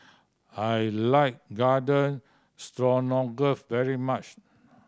I like Garden Stroganoff very much